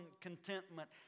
contentment